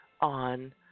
on